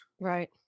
Right